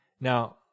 Now